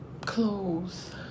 clothes